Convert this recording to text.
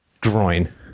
groin